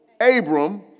Abram